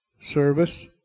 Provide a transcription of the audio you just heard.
service